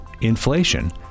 inflation